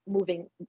moving